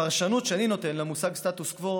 הפרשנות שאני נותן למושג "סטטוס קוו"